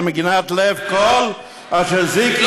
למגינת לב כל אשר זיק יהודי,